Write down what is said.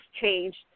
changed